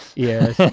yeah.